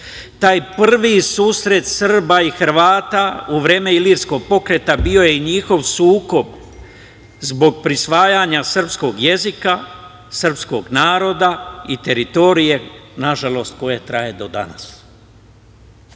Taj prvi susret Srba i Hrvata, u vreme Ilirskog pokreta bio je i njihov sukob zbog prisvajanja srpskog jezika, srpskog naroda i teritorije, nažalost koja traje do danas. Srbi